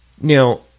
Now